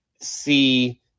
see